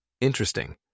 Interesting